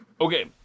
Okay